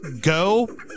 go